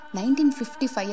1955